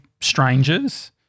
strangers